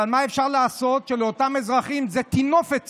אבל מה אפשר לעשות שלאותם אזרחים זה טינופת צופים.